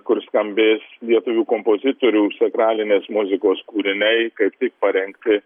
kur skambės lietuvių kompozitorių sakralinės muzikos kūriniai kaip tik parengti